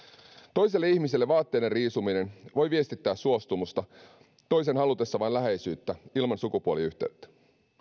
toiselle ihmiselle vaatteiden riisuminen voi viestittää suostumusta toisen halutessa vain läheisyyttä ilman sukupuoliyhteyttä